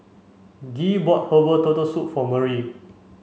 Gee bought herbal turtle soup for Murry